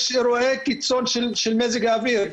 יש אירועי קיצון של מזג האוויר.